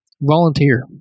volunteer